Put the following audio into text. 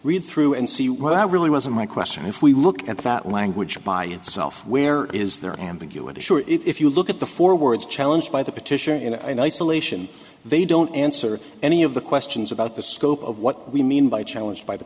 read through and see what i really wasn't my question if we look at that language by itself where is there ambiguity sure if you look at the four words challenge by the petitioner in isolation they don't answer any of the questions about the scope of what we mean by challenged by the